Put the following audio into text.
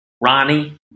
Ronnie